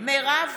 מירב